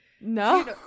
No